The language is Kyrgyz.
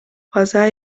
база